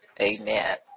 Amen